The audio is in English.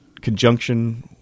conjunction